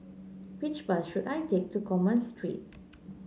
which bus should I take to Commerce Street